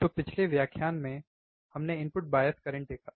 तो पिछले व्याख्यान में हमने इनपुट बायस करंट देखा